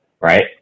right